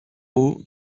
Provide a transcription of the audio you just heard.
haut